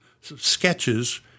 sketches